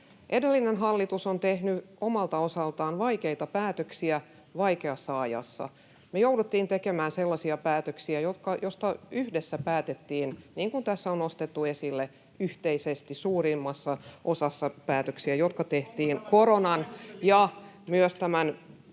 Edellinen hallitus on tehnyt omalta osaltaan vaikeita päätöksiä vaikeassa ajassa. Me jouduttiin tekemään sellaisia päätöksiä — yhteisesti päätettiin, niin kuin tässä on nostettu esille, [Antti Kurvinen: Onko tämä koko hallituksen linja?] suurimmassa osassa päätöksiä —, ja ne tehtiin koronan ja myös tämän